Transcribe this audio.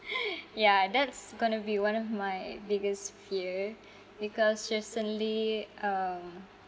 ya that's going be one of my biggest fear because recently um